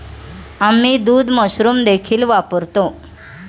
आम्ही दूध मशरूम देखील वापरतो